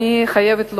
חייבת לומר,